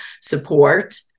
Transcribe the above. support